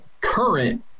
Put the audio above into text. current